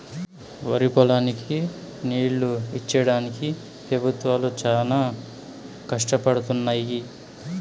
వరిపొలాలకి నీళ్ళు ఇచ్చేడానికి పెబుత్వాలు చానా కష్టపడుతున్నయ్యి